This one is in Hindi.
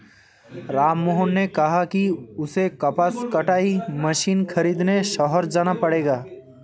राममोहन ने कहा कि उसे कपास कटाई मशीन खरीदने शहर जाना पड़ेगा